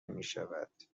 میشود